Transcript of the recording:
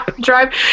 drive